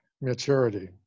maturity